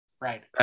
right